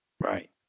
Right